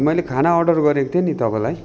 मैले खाना अर्डर गरेको थिएँ नि तपाईँलाई